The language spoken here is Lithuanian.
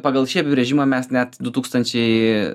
pagal šį apibrėžimą mes net du tūkstančiai